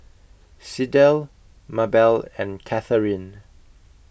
Sydell Mabell and Katheryn